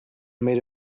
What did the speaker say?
made